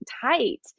tight